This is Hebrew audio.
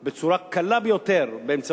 בצורה קלה ביותר.